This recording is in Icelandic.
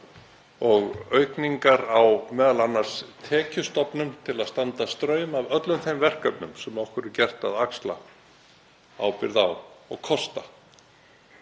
og aukningar á m.a. tekjustofnum til að standa straum af öllum þeim verkefnum sem okkur er gert að axla ábyrgð á og kosta.